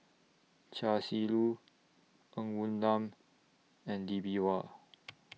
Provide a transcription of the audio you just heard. Chia Shi Lu Ng Woon Lam and Lee Bee Wah